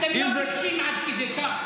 אתם לא טיפשים עד כדי כך לנסח את זה כך.